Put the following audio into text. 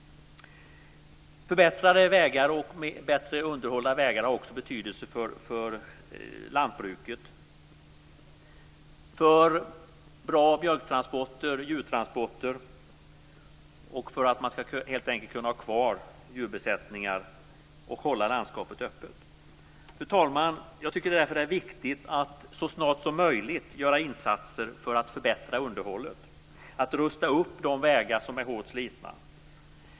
Förbättrade vägar och bättre underhållna vägar har också betydelse för lantbruket, för bra mjölk och djurtransporter och för att man ska kunna ha kvar djurbesättningar och hålla landskapet öppet. Fru talman! Jag tycker därför att det är viktigt att så snart som möjligt göra insatser för att förbättra underhållet och rusta upp de vägar som är hårt slitna.